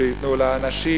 שייתנו לאנשים,